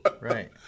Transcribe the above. Right